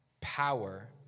power